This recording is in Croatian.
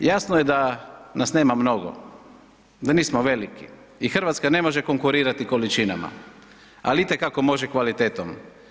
Jasno je da nas nema mnogo, da nismo veliki i Hrvatska ne može konkurirati količinama, ali itekako može kvalitetom.